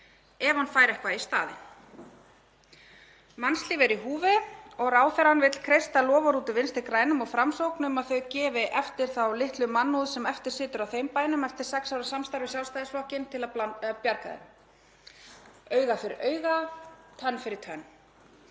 ef hann fær eitthvað í staðinn. Mannslíf eru í húfi og ráðherrann vill kreista loforð út úr Vinstri grænum og Framsókn um að þau gefi eftir þá litlu mannúð sem eftir situr á þeim bænum eftir sex ára samstarf við Sjálfstæðisflokkinn til að bjarga þeim. Auga fyrir auga, tönn fyrir tönn.